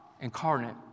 incarnate